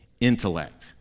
intellect